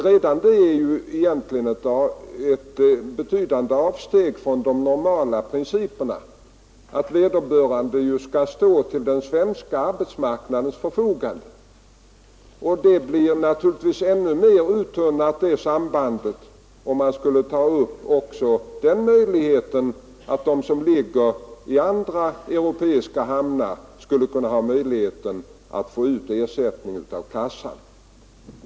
Redan det är emellertid ett betydande avsteg från den normala principen att vederbörande skall stå till den svenska arbetsmarknadens förfogande. Det sambandet blir naturligtvis ännu mer uttunnat om man skulle ta upp också den möjligheten att de som ligger i andra europeiska hamnar skulle kunna få ut ersättning av kassan.